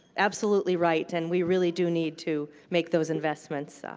absolutely right. and we really do need to make those investments.